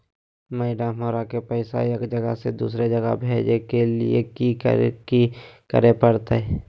Madam, हमरा के पैसा एक जगह से दुसर जगह भेजे के लिए की की करे परते?